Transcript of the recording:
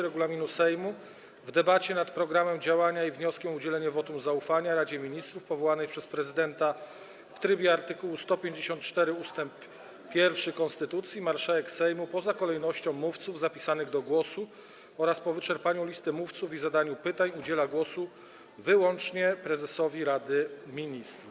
regulaminu Sejmu w debacie nad programem działania i wnioskiem o udzielenie wotum zaufania Radzie Ministrów powołanej przez prezydenta w trybie art. 154 ust. 1 konstytucji marszałek Sejmu poza kolejnością mówców zapisanych do głosu oraz po wyczerpaniu listy mówców i zadaniu pytań udziela głosu wyłącznie prezesowi Rady Ministrów.